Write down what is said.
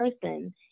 person